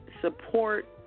support